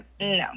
no